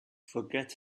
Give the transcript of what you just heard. forget